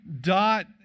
dot